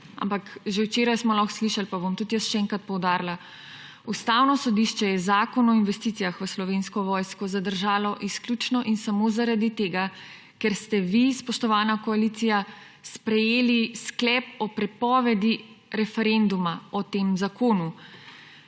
Že včeraj smo lahko slišali, pa bom tudi jaz še enkrat poudarila, Ustavno sodišče je Zakon o investicijah v Slovensko vojsko zadržalo izključno in samo zaradi tega, ker ste vi, spoštovana koalicija, sprejeli sklep o prepovedi referenduma o tem zakonu.